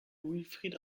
wilfried